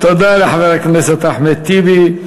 תודה לחבר הכנסת אחמד טיבי.